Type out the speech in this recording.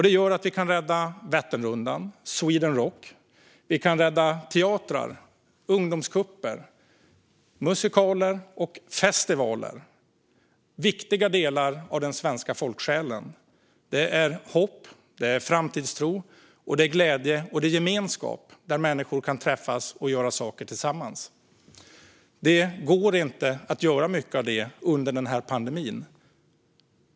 Det gör att vi kan rädda Vätternrundan, Sweden Rock, teatrar, ungdomscuper, musikaler och festivaler - viktiga delar av den svenska folksjälen. De innebär hopp, framtidstro, glädje och gemenskap där människor kan träffas och göra saker tillsammans. Det går inte att göra mycket av det under den här pandemin.